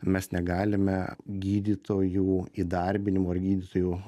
mes negalime gydytojų įdarbinimu ar gydytojų